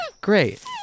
Great